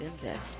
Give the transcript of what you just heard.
Index